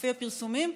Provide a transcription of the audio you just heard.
לפי הפרסומים,